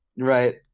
Right